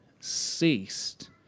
ceased